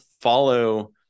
follow